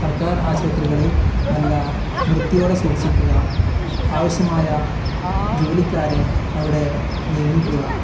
സർക്കാർ ആശുപത്രികൾ നല്ല വൃത്തിയോടെ സൂക്ഷിക്കുക ആവശ്യമായ ജോലിക്കാരെ അവിടെ നിയമിക്കുക